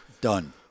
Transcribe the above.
Done